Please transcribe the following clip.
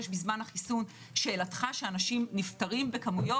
שאלתך שאנשים נפטרים בכמויות